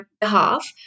behalf